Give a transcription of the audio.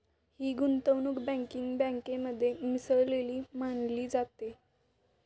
ही गुंतवणूक बँकिंग बँकेमध्ये मिसळलेली मानली जाते